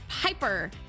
Piper